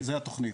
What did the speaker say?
התכנית.